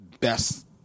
best